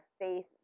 faith